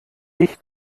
ich